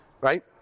right